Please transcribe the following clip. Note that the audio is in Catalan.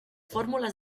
fórmules